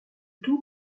tout